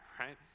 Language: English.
right